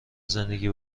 زندگی